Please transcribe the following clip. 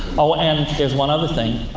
oh, and here's one other thing.